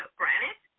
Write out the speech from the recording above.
granite